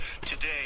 Today